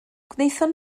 gwnaethon